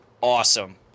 Awesome